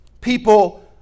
People